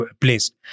placed